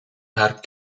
haar